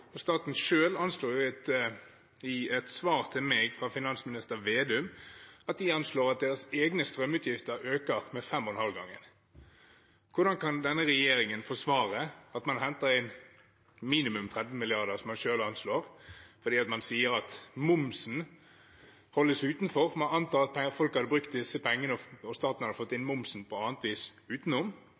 vanvittig. Staten selv anslår – i et svar til meg fra finansminister Vedum – at deres egne strømutgifter øker med fem og en halv gang. Hvordan kan denne regjeringen forsvare at man henter inn minimum 13 mrd. kr, som man selv anslår? Man sier at momsen holdes utenfor, for man antar at folk hadde brukt disse pengene, og at staten hadde fått inn momsen på annet vis